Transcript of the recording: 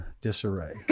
disarray